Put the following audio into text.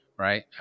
right